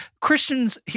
Christians